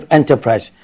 Enterprise